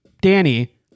Danny